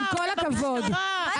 יש נשים ש ---,